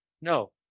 No